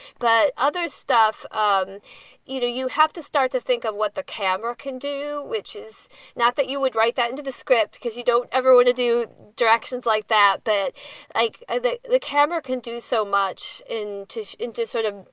but other stuff, um you know, you have to start to think of what the camera can do, which is not that you would write that into the script because you don't ever want to do directions like that, that like ah the the camera can do so much in into sort of,